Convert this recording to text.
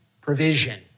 provision